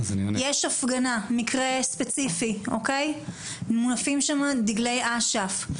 יש הפגנה, מקרה ספציפי, מונפים שם דגלי אשף.